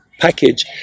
Package